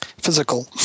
physical